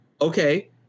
Okay